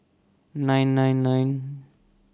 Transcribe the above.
nine nine nine